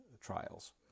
trials